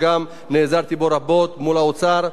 גם נעזרתי בו רבות מול האוצר.